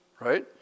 right